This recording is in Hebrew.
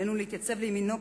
עלינו להתייצב לימינו,